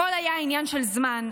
הכול היה עניין של זמן,